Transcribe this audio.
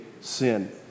sin